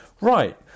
Right